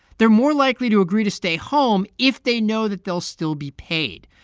they're more likely to agree to stay home if they know that they'll still be paid.